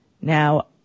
Now